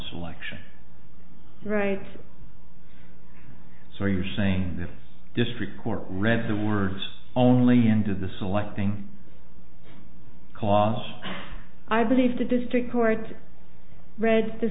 selection rights so you're saying this district court read the words only and to the selecting because i believe the district court read the